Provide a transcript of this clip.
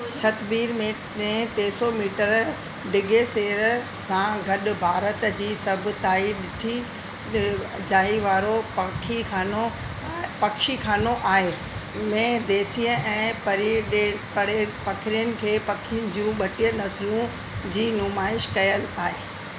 छतबीर में में टे सौ मीटर ॾिघे सैर सां गॾु भारत जी सभ ताईं ॾिघी जाइ वारो पखी खानो पक्षी खानो आहे इन्हे देसी ऐं परे पॾे पखियुनि खे पखियुनि जी ॿटीह नसलुनि जी नुमाइश कयल आहे